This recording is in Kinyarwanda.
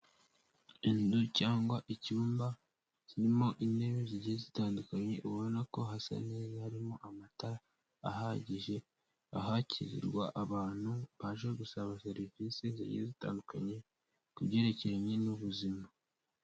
Inzu cyangwa icyumba, kirimo intebe zigiye zitandukanye ubona ko hasa neza harimo amatara ahagije ahakirwa abantu baje gusaba serivisi zigiye zitandukanye ku byerekeranye n'ubuzima.